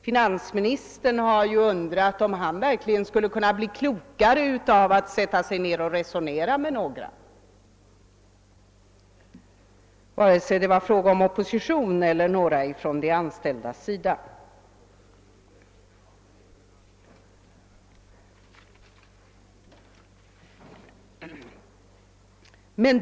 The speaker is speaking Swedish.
Finansministern har undrat, om han verkligen skulle kunna bli klokare av att sätta sig ned och resonera med företrädare för oppositionen eller de anställda.